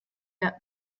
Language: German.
der